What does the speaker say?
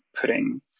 putting